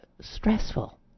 stressful